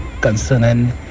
concerning